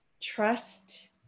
trust